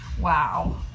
wow